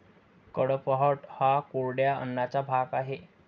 कडपह्नट हा कोरड्या अन्नाचा भाग आहे